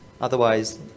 Otherwise